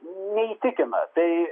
neįtikima tai